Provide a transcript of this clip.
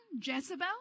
Jezebel